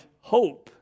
hope